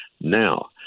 now